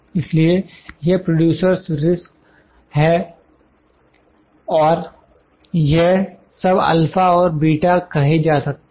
इसलिए यह producer's risk producer's risk है और यह सब α और β कहे जा सकते हैं